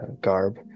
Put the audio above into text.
garb